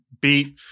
beat